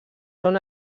són